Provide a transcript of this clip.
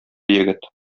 егет